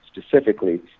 specifically